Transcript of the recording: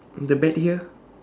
the bet here